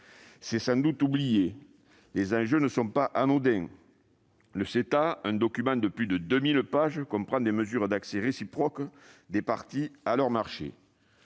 C'est sans doute oublié ! Les enjeux ne sont pas anodins. Le CETA, document de plus de 2 000 pages, comprend des mesures d'accès réciproque des parties à leurs marchés.